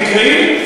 תקראי.